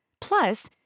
plus